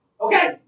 Okay